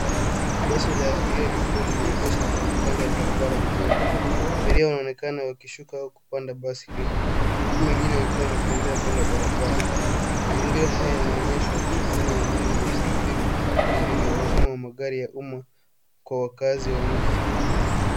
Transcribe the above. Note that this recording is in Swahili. Basi la abiria likiwa limeegeshwa kando kando ya barabara ya mjini. Abiria wanaonekana wakishuka au kupanda basi hilo huku wengine wakiwa wanatembea kando ya barabara. Mazingira haya yanaonyeshwa shughuli nyingi za usafiri jijini na umuhimu wa magari ya umma kwa wakazi ya mji.